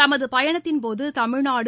தமது பயணத்தின் போது தமிழ்நாடு